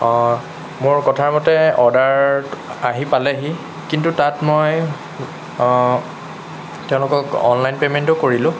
মোৰ কথাৰ মতে অৰ্ডাৰ আহি পালেহি কিন্তু তাত মই তেওঁলোকক অনলাইন পেইমেণ্টো কৰিলোঁ